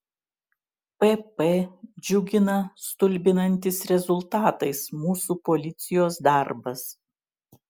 pp džiugina stulbinantis rezultatais mūsų policijos darbas